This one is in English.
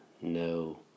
no